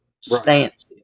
stance